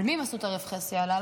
על מי הם עשו את רווחי השיא האלה?